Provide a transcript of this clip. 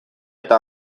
eta